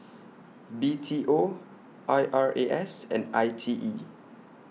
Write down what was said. B T O I R A S and I T E